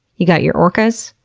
you got your orcas,